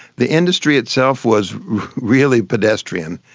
the industry itself was really pedestrian.